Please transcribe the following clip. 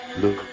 Look